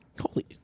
Holy